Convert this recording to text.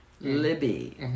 Libby